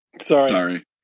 Sorry